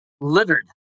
littered